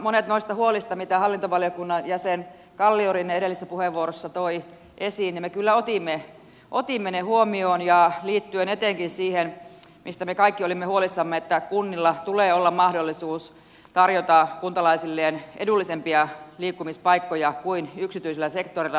monet noista huolista mitä hallintovaliokunnan jäsen kalliorinne edellisessä puheenvuorossa toi esiin me kyllä otimme huomioon liittyen etenkin siihen mistä me kaikki olimme huolissamme että kunnilla tulee olla mahdollisuus tarjota kuntalaisilleen edullisempia liikkumispaikkoja kuin on yksityisellä sektorilla